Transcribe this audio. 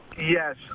Yes